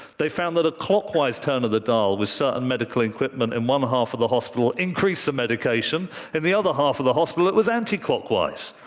they found that a clockwise turn of the dial with certain medical equipment in one half of the hospital increased the medication in the other half of the hospital, it was anti-clockwise.